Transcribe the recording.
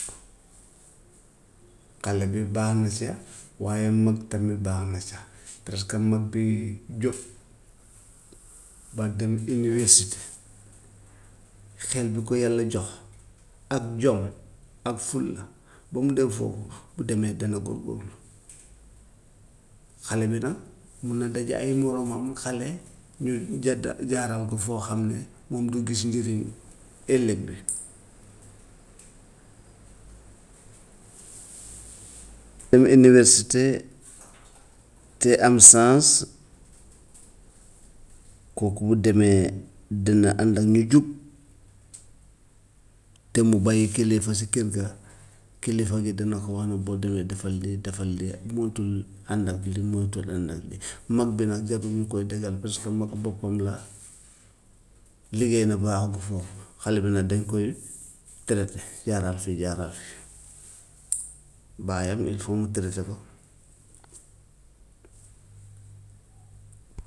Xale bi baax na sa, waaye mag tamit baax na sa, presque mag bi jot ba dem université xel bi ko yàlla jox ak jom ak fulla ba mu dem foofu bu demee dana góor-góorlu. Xale bi nag mun na daje ay moromam xale ñu jàdd jaaral ko foo xam ne moom du gis njëriñu ëllëg bi. Dem université te am chance kooku bu demee dina ànd ak ñu jub, te mu bàyyi kilifa si kër ga, kilifa gi dana ko wax ne boo demee defal lii defal lii moytul ànd ak lii moytul ànd ak lii. Mag bi nag jarul ñu koy tegal parce que mag boppam la liggéey na ba àgg foofu, xale bi nag dañ koy traité jaaral fii jaaral fii, baayam il faut mu traiter ko.